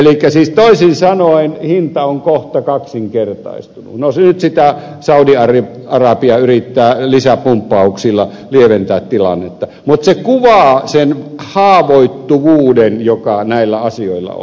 siis toisin sanoen hinta on kohta kaksinkertaistunut no nyt saudi arabia yrittää lisäpumppauksilla lieventää tilannetta ja se kuvaa sitä haavoittuvuutta joka näillä asioilla on